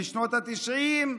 בשנות התשעים,